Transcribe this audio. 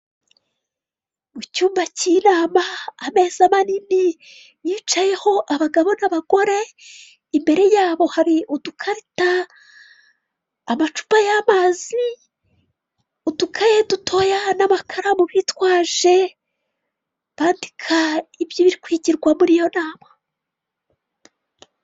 Mu cyumba k'inama, ameza manini yicayeho abagabo n'abagore, imbere yabo hari udukarita, amacupa y'amazi, udukaye dutoya n'amakaramu bitwaje, bandika ibiri kwigirwa muri iyo nama.